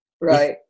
Right